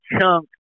chunk